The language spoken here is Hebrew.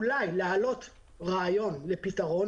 אולי להעלות רעיון לפתרון,